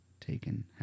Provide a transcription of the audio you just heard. taken